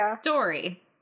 story